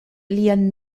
lian